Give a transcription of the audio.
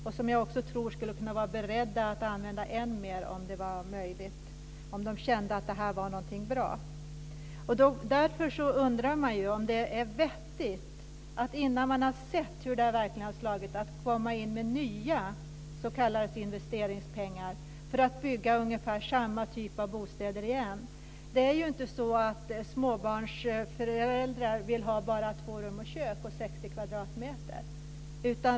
Jag tror också att Uppsala skulle kunna vara beredda att använda än mer om det var möjligt, om de kände att det här var något bra. Därför undrar man om det är vettigt att innan man har sett hur det här verkligen har slagit komma in med nya s.k. investeringspengar för att bygga ungefär samma typ av bostäder igen. Det är ju inte så att småbarnsföräldrar bara vill ha två rum och kök på 60 kvadratmeter.